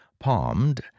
palmed